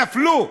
נפלו.